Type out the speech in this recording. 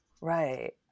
Right